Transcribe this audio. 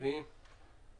הצבעה בעד פה אחד.